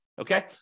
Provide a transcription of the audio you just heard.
okay